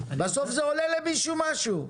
בסוף זה עולה למישהו משהו.